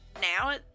now